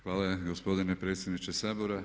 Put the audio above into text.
Hvala gospodine predsjedniče Sabora.